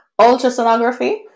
ultrasonography